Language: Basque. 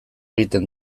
egiten